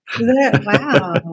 Wow